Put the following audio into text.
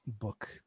book